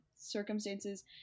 circumstances